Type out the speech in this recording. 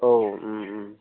औ